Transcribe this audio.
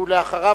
ואחריו,